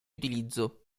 utilizzo